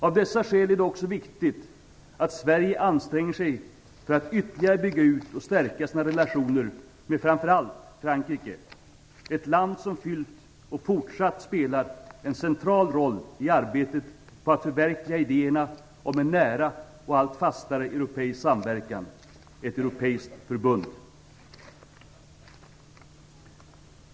Av dessa skäl är det också viktigt att Sverige anstränger sig för att ytterligare bygga ut och stärka sina relationer med, framför allt, Frankrike, ett land som fyllt och fortsatt spelar en central roll i arbetet på att förverkliga idéerna om en nära och allt fastare europeisk samverkan - ett europeiskt förbund.